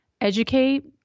educate